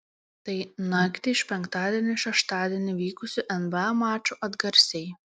tai naktį iš penktadienio į šeštadienį vykusių nba mačų atgarsiai